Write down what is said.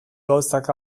gauzak